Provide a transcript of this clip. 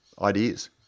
ideas